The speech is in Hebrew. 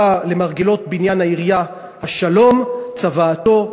למרגלות בניין העירייה: "השלום צוואתו,